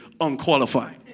unqualified